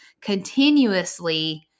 continuously